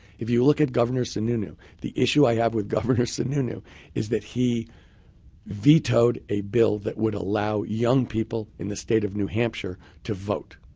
if you look at governor sununu, the issue i have with governor sununu is that he vetoed a bill that would allow young people in the state of new hampshire to vote.